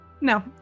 No